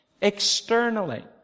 externally